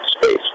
space